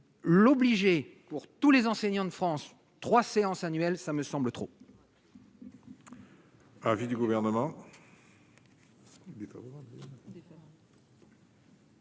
l'obligé pour tous les enseignants de France 3 séances annuelles, ça me semble trop.